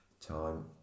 time